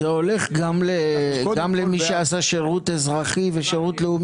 זה רק המטה לביטחון לאומי.